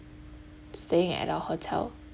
staying at our hotel